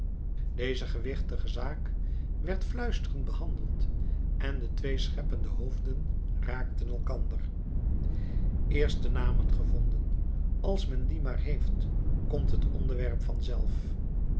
deze gewichtige zaak werd fluisterend behandeld en de twee scheppende hoofden raakten elkander eerst de namen gevonden als men die maar heeft komt het onderwerp vanzelf